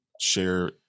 share